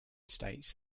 states